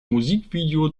musikvideo